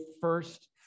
first